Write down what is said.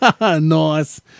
Nice